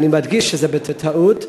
ואני מדגיש שבטעות,